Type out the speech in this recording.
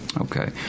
Okay